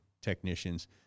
technicians